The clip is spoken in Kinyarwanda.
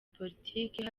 politike